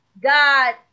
God